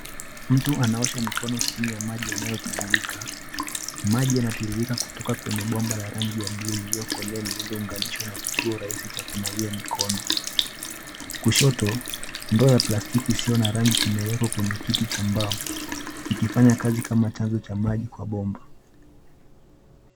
Mtu anaosha mikono chini ya maji yanayotiririka. Maji yanatiririka kutoka kwenye bomba la rangi ya buluu iliyokolea lililounganishwa na kituo rahisi cha kunawia mikono. Kushoto, ndoo ya plastiki isiyo na rangi kimewekwa kwenye kiti cha mbao, kikifanya kazi kama chanzo cha maji Kwa bomba.